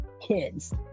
kids